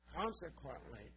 Consequently